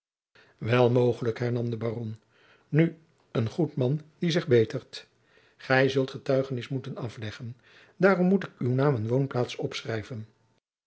wel mogelijk hernam de baron nu een goed man die zich betert gij zult getuigenis moeten afleggen daarom moet ik uw naam en woonplaats opschrijven